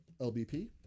LBP